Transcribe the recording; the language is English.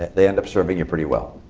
they end up serving you pretty well.